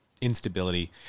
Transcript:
instability